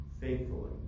faithfully